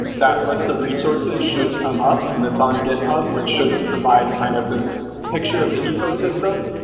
that list of resources should come up, and that's on github, which should provide kind of this picture of the ecosystem.